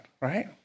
right